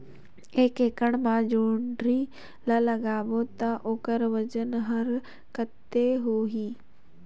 एक एकड़ मा जोणी ला लगाबो ता ओकर वजन हर कते होही?